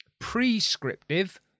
prescriptive